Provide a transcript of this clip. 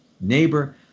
neighbor